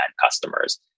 customers